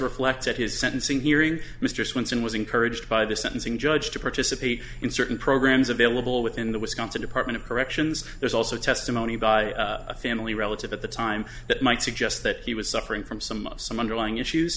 reflect at his sentencing hearing mr swenson was encouraged by the sentencing judge to participate in certain programs available within the wisconsin department of corrections there's also testimony by a family relative at the time that might suggest that he was suffering from some of some underlying issues